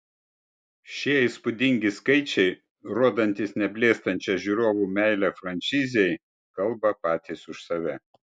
šie įspūdingi skaičiai rodantys neblėstančią žiūrovų meilę frančizei kalba patys už save